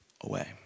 away